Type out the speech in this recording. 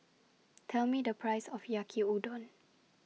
Tell Me The Price of Yaki Udon